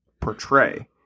portray